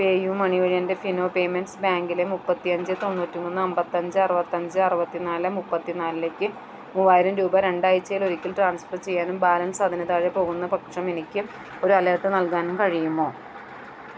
PayU money വഴി എന്റെ Fino payments ബാങ്കില് മുപ്പത്തിയഞ്ച് തൊണ്ണൂറ്റി മൂന്നമ്പത്തഞ്ച് അറുപത്തഞ്ച് അറുപത്തിനാല് മുപ്പത്തിനാലിലേക്ക് മൂവായിരം രൂപ രണ്ടാഴ്ച്ചയിലൊരിക്കല് ട്രാൻസ്ഫർ ചെയ്യാനും ബാലൻസതിന് താഴെ പോകുന്നപക്ഷം എനിക്ക് ഒരു അലർട്ട് നൽകാനും കഴിയുമൊ